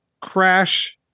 Crash